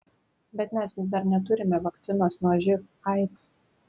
bet mes vis dar neturime vakcinos nuo živ aids